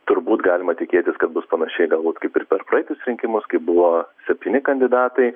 turbūt galima tikėtis kad bus panašiai galbūt kaip ir per praeitus rinkimus kai buvo septyni kandidatai